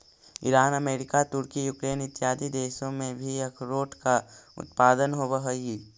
Iran America तुर्की Ukraine इत्यादि देशों में भी अखरोट का उत्पादन होवअ हई